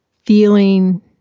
feeling